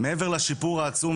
מעבר לשיפור העצום,